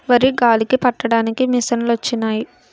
వరి గాలికి పట్టడానికి మిసంలొచ్చినయి